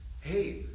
hey